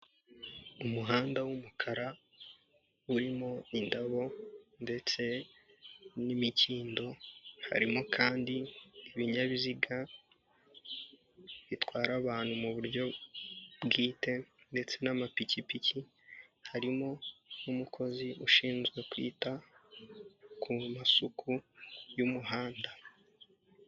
Umuhanda w'umukara urimo indabo ndetse n'imikindo. Harimo kandi ibinyabiziga bitwara abantu mu buryo bwite ndetse n'amapikipiki. Harimo n'umukozi ushinzwe kwita ku masuku y'umuhanda.